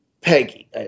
Peggy